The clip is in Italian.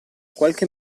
qualche